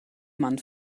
mann